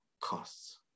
costs